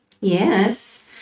Yes